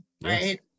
Right